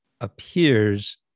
appears